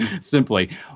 simply